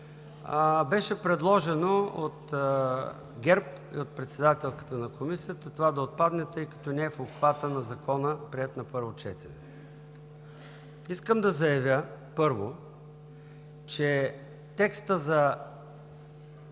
беше предложено от ГЕРБ и от председателката на Комисията това да отпадне, тъй като не е в обхвата на Закона, приет на първо четене. Искам да заявя, първо, че текстът за